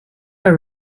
are